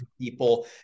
people